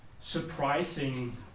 surprising